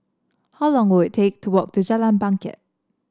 how long will we take to walk to Jalan Bangket